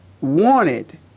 wanted